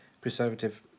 preservative